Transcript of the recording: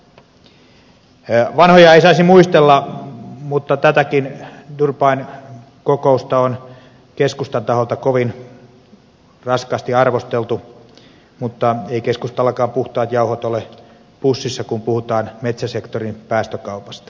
vanhoja ei saisi muistella mutta tätäkin durbanin kokousta on keskustan taholta kovin raskaasti arvosteltu mutta ei keskustallakaan puhtaat jauhot ole pussissa kun puhutaan metsäsektorin päästökaupasta